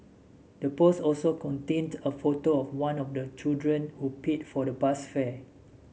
the post also contained a photo of one of the children who paid for the bus fare